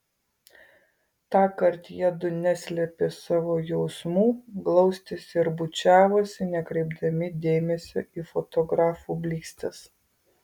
tąkart jiedu neslėpė savo jausmų glaustėsi ir bučiavosi nekreipdami dėmesio į fotografų blykstes